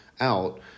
out